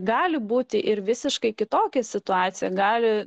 gali būti ir visiškai kitokia situacija gali